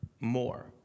more